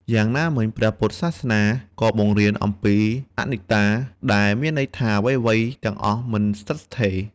យ៉ាងណាមិញព្រះពុទ្ធសាសនាក៏បង្រៀនអំពី អនិច្ចតា ដែលមានន័យថា អ្វីៗទាំងអស់មិនស្ថិតស្ថេរ។